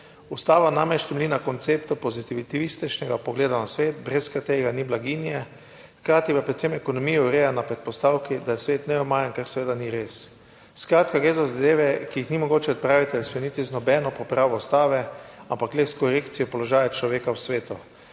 Ustava namreč temelji na konceptu pozitivističnega pogleda na svet, brez katerega ni blaginje, hkrati pa predvsem ekonomija ureja na predpostavki, da je svet neomajen, kar seveda ni res. Skratka, gre za zadeve, ki jih ni mogoče odpraviti, spremeniti z nobeno popravo ustave, ampak le s korekcijo položaja človeka v svetu.